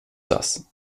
das